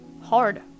hard